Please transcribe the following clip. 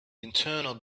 internal